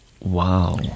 Wow